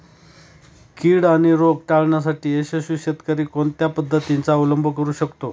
कीड आणि रोग टाळण्यासाठी यशस्वी शेतकरी कोणत्या पद्धतींचा अवलंब करू शकतो?